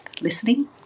listening